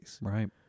right